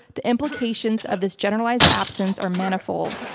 the implications of this generalized absence are manifold,